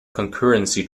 concurrency